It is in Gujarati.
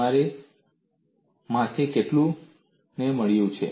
તમારા માંથી કેટલાને તે મળ્યું છે